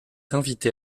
invitée